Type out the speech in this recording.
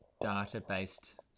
data-based